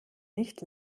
nicht